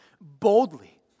boldly